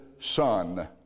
son